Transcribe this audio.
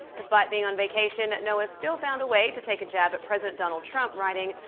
despite being on vacation, noah still found a way to take a jab at president donald trump, writing,